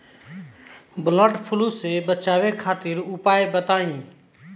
वड फ्लू से बचाव खातिर उपाय बताई?